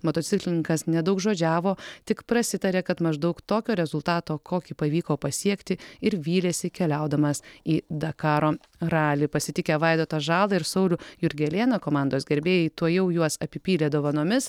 motociklininkas nedaugžodžiavo tik prasitarė kad maždaug tokio rezultato kokį pavyko pasiekti ir vylėsi keliaudamas į dakaro ralį pasitikę vaidotą žalą ir saulių jurgelėną komandos gerbėjai tuojau juos apipylė dovanomis